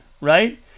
Right